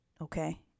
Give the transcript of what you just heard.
okay